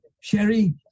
Sherry